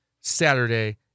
Saturday